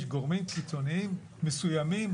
יש גורמים קיצונים מסוימים,